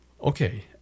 Okay